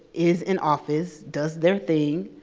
is in office, does their thing,